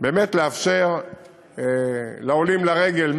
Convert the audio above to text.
ובאמת לאפשר לעולים לרגל,